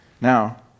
now